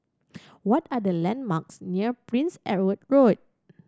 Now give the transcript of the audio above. what are the landmarks near Prince Edward Road